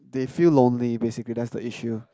they feel lonely basically that's the issue